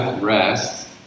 rest